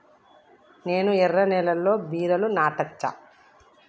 నేను ఎర్ర నేలలో బీరలు నాటచ్చా?